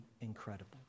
incredible